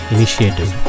Initiative